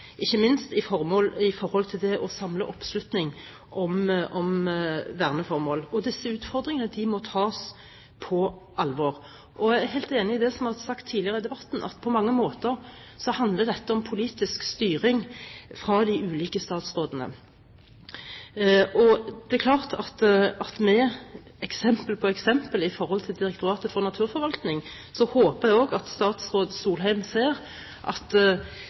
ikke minst i forhold til det å samle oppslutning om verneformål. Disse utfordringene må tas på alvor. Jeg er helt enig i det som har vært sagt tidligere i debatten, at på mange måter handler dette om politisk styring fra de ulike statsrådene. Med eksempel på eksempel i forhold til Direktoratet for naturforvaltning håper jeg også at statsråd Solheim ser at